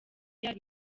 real